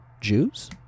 Jews